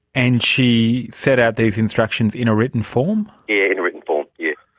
and she set out these instructions in a written form? in a written form, yes.